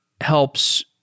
helps